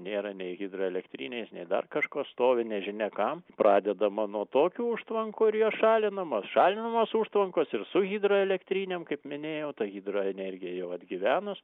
nėra nei hidroelektrinės nei dar kažko stovi nežinia kam pradedama nuo tokių užtvankų ir jos šalinamos šalinamos užtvankos ir su hidroelektrinėm kaip minėjau ta hidroenergija jau atgyvenus